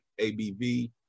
ABV